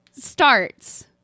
starts